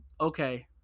okay